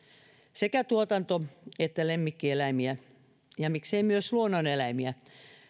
sekä tuotanto että lemmikkieläimiä ja miksei myös luonnoneläimiä